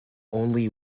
only